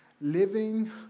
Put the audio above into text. living